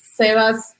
Sebas